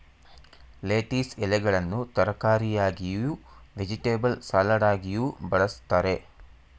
lettuce ಎಲೆಗಳನ್ನು ತರಕಾರಿಯಾಗಿಯೂ, vegetable ಸಲಡಾಗಿಯೂ ಬಳ್ಸತ್ತರೆ